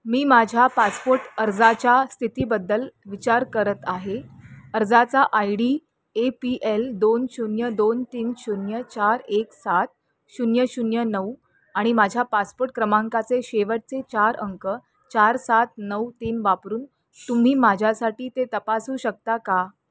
मी माझ्या पासपोट अर्जाच्या स्थितीबद्दल विचार करत आहे अर्जाचा I D A P L दोन शून्य दोन तीन शून्य चार एक सात शून्य शून्य नऊ आणि माझ्या पासपोट क्रमांकाचे शेवटचे चार अंक चार सात नऊ तीन वापरून तुम्ही माझ्यासाठी ते तपासू शकता का